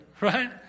right